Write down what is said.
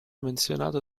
menzionato